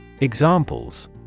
Examples